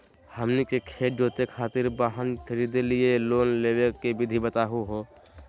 हमनी के खेत जोते खातीर वाहन खरीदे लिये लोन लेवे के विधि बताही हो?